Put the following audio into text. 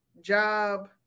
job